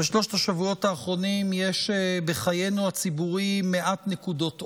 בשלושת השבועות האחרונים יש בחיינו הציבוריים מעט נקודות אור.